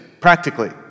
practically